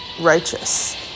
righteous